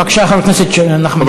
בבקשה, חבר